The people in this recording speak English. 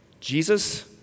Jesus